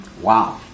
wow